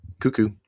cuckoo